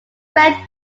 friend